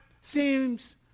seems